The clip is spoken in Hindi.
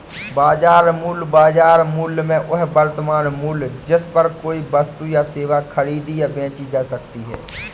बाजार मूल्य, बाजार मूल्य में वह वर्तमान मूल्य है जिस पर कोई वस्तु या सेवा खरीदी या बेची जा सकती है